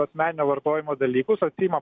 asmeninio vartojimo dalykus atsiima